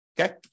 okay